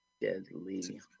deadly